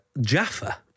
Jaffa